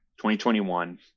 2021